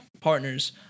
partners